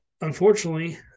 unfortunately